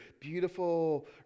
beautiful